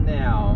now